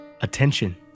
Attention